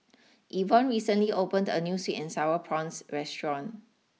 Evonne recently opened a new sweet and Sour Prawns restaurant